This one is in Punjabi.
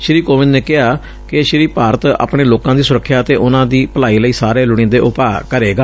ਸ੍ਰੀ ਕੋਵਿੰਦ ਨੇ ਕਿਹਾ ਕਿ ਭਾਰਤ ਆਪਣੇ ਲੋਕਾਂ ਦੀ ਸੁਰੱਖਿਆ ਅਤੇ ਉਨੂਾ ਦੀ ਭਲਾਈ ਲਈ ਸਾਰੇ ਲੋੜੀਂਦੇ ਉਪਾਅ ਕਰੇਗਾ